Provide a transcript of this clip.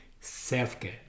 self-care